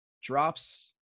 Drops